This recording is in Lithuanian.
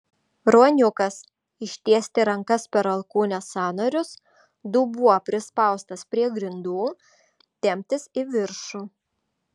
ruoniukas ištiesti rankas per alkūnės sąnarius dubuo prispaustas prie grindų temptis į viršų